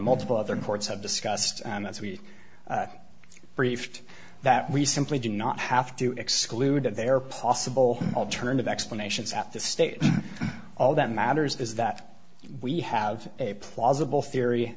multiple other courts have discussed and that's we briefed that we simply do not have to exclude that they are possible alternative explanations at this stage all that matters is that we have